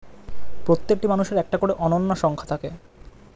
প্রত্যেকটি মানুষের একটা করে অনন্য সংখ্যা থাকে